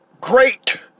great